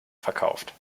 verkauft